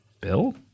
Bill